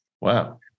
Wow